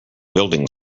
building